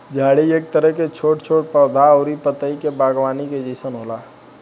झाड़ी एक तरह के छोट छोट पौधा अउरी पतई के बागवानी के जइसन होला